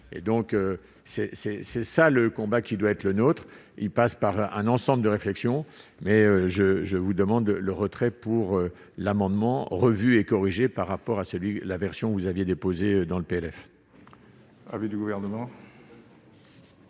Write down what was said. c'est ça le combat qu'il doit être le nôtre, il passe par un ensemble de réflexions mais je, je vous demande le retrait pour l'amendement, revue et corrigée par rapport à celui la version vous aviez déposé dans le PLF.